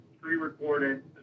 pre-recorded